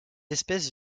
espèce